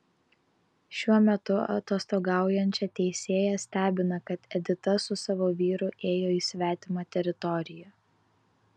šiuo metu atostogaujančią teisėją stebina kad edita su savo vyru ėjo į svetimą teritoriją